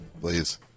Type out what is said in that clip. Please